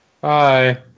Bye